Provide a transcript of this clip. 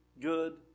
good